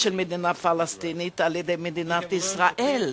ובמדינה פלסטינית, של מדינת ישראל.